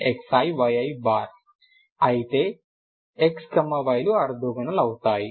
Yi1nxiyi అయితే x y లు orthogonal అవుతాయి